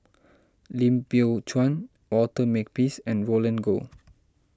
Lim Biow Chuan Walter Makepeace and Roland Goh